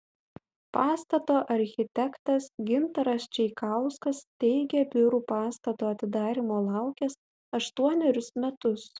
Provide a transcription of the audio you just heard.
pastato architektas gintaras čeikauskas teigė biurų pastato atidarymo laukęs aštuonerius metus